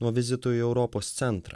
nuo vizitų į europos centrą